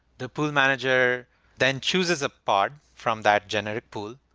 the pool manager then chooses a part from that genetic pool.